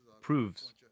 proves